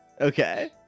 okay